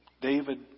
David